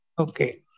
Okay